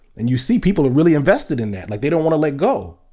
and you see people are really invested in that like they don't want to let go,